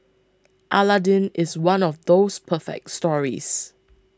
Aladdin is one of those perfect stories